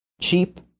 cheap